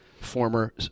former